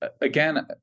again